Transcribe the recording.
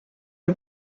les